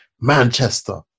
Manchester